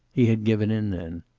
he had given in then.